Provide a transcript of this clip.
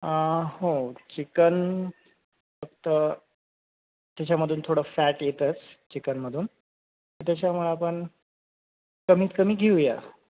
आ हो चिकन फक्त त्याच्यामधून थोडं फॅट येतंच चिकनमधून त्याच्यामुळे आपण कमीत कमी घेऊया